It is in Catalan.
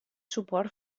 suport